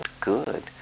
good